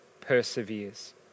perseveres